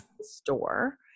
store